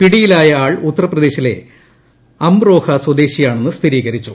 പിടിയിലായ ആൾ ഉത്തർപ്രദേശിലെ അംറോഹ സ്വദേശിയാണെന്ന് സ്ഥിരീകരിച്ചു